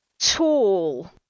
Tall